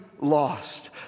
lost